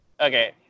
okay